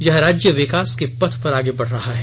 यह राज्य विकास के पथ पर आगे बढ़ रहा है